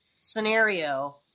scenario